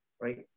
right